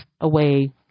away